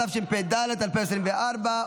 התשפ"ד 2024,